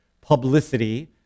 publicity